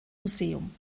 museum